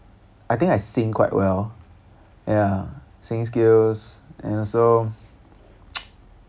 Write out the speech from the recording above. I think I sing quite well ya singing skills and also